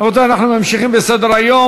רבותי, אנחנו ממשיכים בסדר-היום.